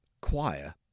Choir